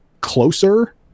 closer